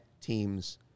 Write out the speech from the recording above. teams